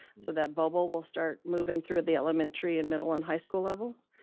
so that bubble will start moving through the elementary and middle and high school levels.